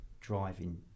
driving